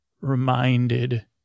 reminded